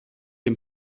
dem